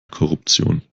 korruption